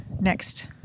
next